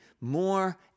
more